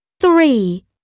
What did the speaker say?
three